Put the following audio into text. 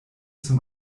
zum